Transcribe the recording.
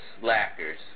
slackers